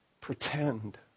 pretend